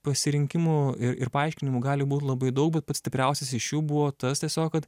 pasirinkimų ir ir paaiškinimų gali būt labai daug bet pats stipriausias iš jų buvo tas tiesiog kad